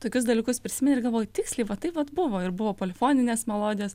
tokius dalykus prisimeni ir galvoji tiksliai va tai vat buvo ir buvo polifoninės melodijos